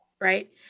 right